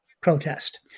protest